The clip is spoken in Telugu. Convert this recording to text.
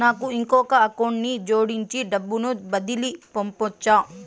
నాకు ఇంకొక అకౌంట్ ని జోడించి డబ్బును బదిలీ పంపొచ్చా?